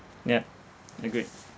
yup agreed